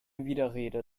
widerrede